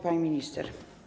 Pani Minister!